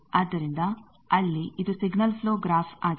ಆದ್ದರಿಂದ ಅಲ್ಲಿ ಇದು ಸಿಗ್ನಲ್ ಪ್ಲೋ ಗ್ರಾಫ್ ಆಗಿದೆ